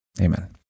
Amen